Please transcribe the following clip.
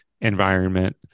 environment